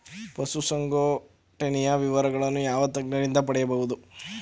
ಪಶುಸಂಗೋಪನೆಯ ಬಗ್ಗೆ ವಿವರಗಳನ್ನು ಯಾವ ತಜ್ಞರಿಂದ ಪಡೆಯಬಹುದು?